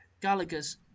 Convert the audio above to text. Gallagher's